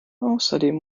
außerdem